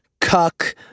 cuck